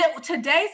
Today's